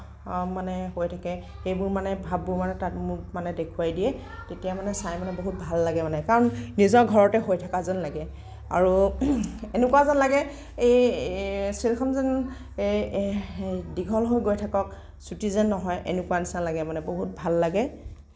মানে হৈ থাকে সেইবোৰ মানে ভাবোঁ আৰু মোক মানে তাত দেখুৱাই দিয়ে তেতিয়া মানে চাই মানে বহুত ভাল লাগে কাৰণ নিজৰ ঘৰতে হৈ থকা যেন লাগে আৰু এনেকুৱা যেন লাগে এই চিৰিয়েলখন যেন দীঘল হৈ গৈ থাকক চুটি যেন নহয় এনেকুৱা নিচিনা লাগে বহুত ভাল লাগে